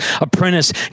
apprentice